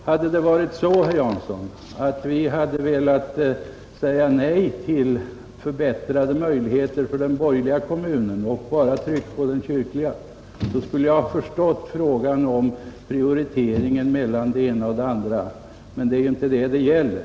Hade det varit så, herr Jansson, att vi hade velat säga nej till förbättrade möjligheter för den borgerliga kommunen och bara hade tryckt på den kyrkliga kommunens krav, skulle jag ha förstått att det här kunde vara fråga om en prioritering mellan det ena och det andra, Men det är inte det frågan gäller.